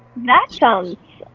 that sounds